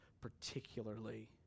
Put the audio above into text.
particularly